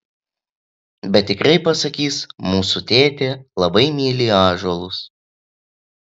bet tikrai pasakys mūsų tėtė labai myli ąžuolus